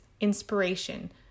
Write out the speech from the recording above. inspiration